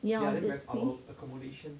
ya then our accommodation